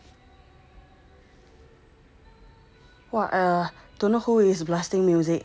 !wah! err don't know who is blasting music